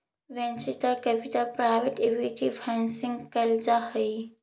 venture capital private equity financing कैल जा हई